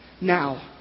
now